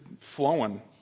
flowing